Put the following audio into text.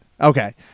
Okay